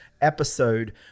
episode